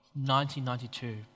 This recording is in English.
1992